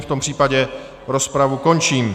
V tom případě rozpravu končím.